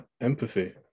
empathy